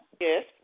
Yes